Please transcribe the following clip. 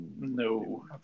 no